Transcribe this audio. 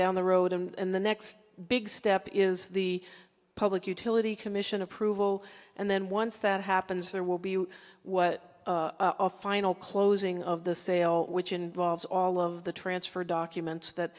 down the road and the next big step is the public utility commission approval and then once that happens there will be what a final closing of the sale which involves all of the transfer documents that